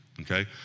okay